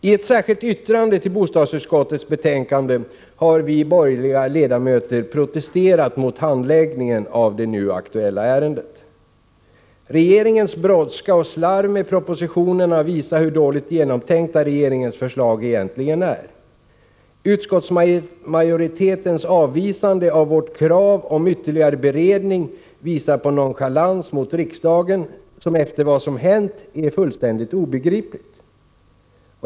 I ett särskilt yttrande till bostadsutskottets betänkande har vi borgerliga ledamöter protesterat mot handläggningen av det nu aktuella ärendet. Regeringens brådska och slarv med propositionerna visar hur dåligt genomtänkta regeringens förslag egentligen är. Utskottsmajoritetens avvisande av vårt krav på ytterligare beredning visar på en nonchalans mot riksdagen som — efter vad som hänt — är fullständigt obegriplig.